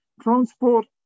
Transport